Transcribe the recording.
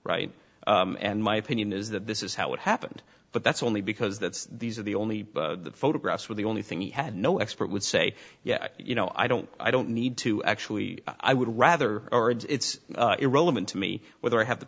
right and my opinion is that this is how it happened but that's only because that's these are the only photographs where the only thing he had no expert would say yeah you know i don't i don't need to actually i would rather it's irrelevant to me whether i have the